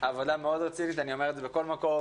עבודה מאוד רצינית, אני אומר את זה בכל מקום.